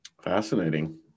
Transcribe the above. Fascinating